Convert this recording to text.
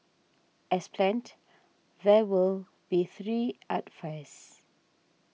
as planned there will be three art fairs